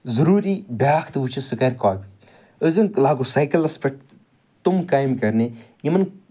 ضروٗری بیٛاکھ تہٕ وُچھہِ سُہ کَرِ کاپی أسۍ زَن لاگو سایکَلَس پٮ۪ٹھ تِم کامہِ کَرنہِ یِمَن